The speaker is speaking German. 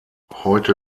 heute